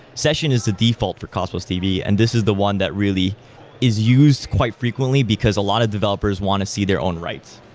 session is a default for cosmos db and this is the one that really is used quite frequently because a lot of developers want to see their own right.